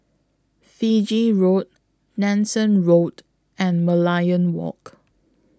Fiji Road Nanson Road and Merlion Walk